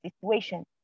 situation